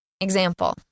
Example